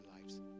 lives